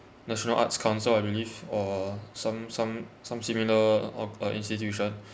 national arts council I believe or some some some similar of uh institution